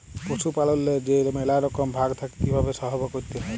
পশুপাললেল্লে যে ম্যালা রকম ভাগ থ্যাকে কিভাবে সহব ক্যরতে হয়